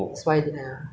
K so I ask you